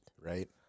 Right